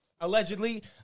allegedly